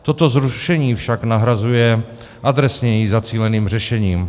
Toto zrušení však nahrazuje adresněji zacíleným řešením.